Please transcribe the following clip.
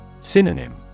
Synonym